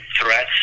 threats